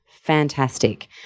fantastic